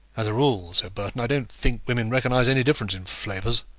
as a rule, said burton, i don't think women recognize any difference in flavours.